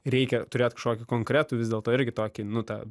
reikia turėt kažkokį konkretų vis dėlto irgi tokį nu tą